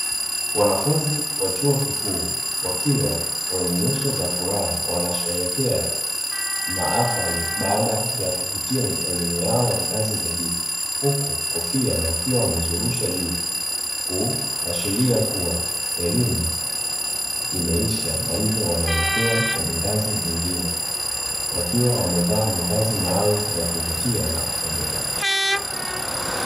Wanafunzi wa chuo kikuu, wakiwa wenye nyuso za furaha, wanasherehekea mahafali baada ya kuhitimu elimu yao ya ngazi za juu, huku kofia wakiwa wamezirusha juu, kuashiria kuwa elimu imeisha na hivyo wanaelekea kwenye ngazi nyingine, wakiwa wamevaa mavazi maalumu ya kuvutia na kupendeza.